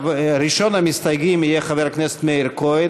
ראשון המסתייגים יהיה חבר הכנסת מאיר כהן,